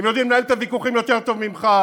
הן יודעות לנהל את הוויכוחים יותר טוב ממך,